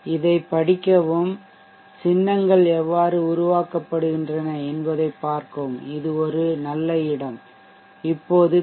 இதைப் படிக்கவும் சின்னங்கள் எவ்வாறு உருவாக்கப்படுகின்றன என்பதைப் பார்க்கவும் இது ஒரு நல்ல இடம் இப்போது பி